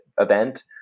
event